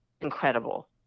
incredible